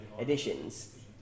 editions